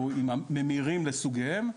שהוא עם ממירים לסוגיהם,